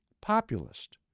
populist